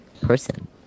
person